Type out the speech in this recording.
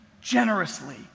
generously